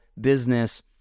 business